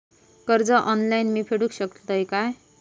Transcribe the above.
कर्ज ऑनलाइन मी फेडूक शकतय काय?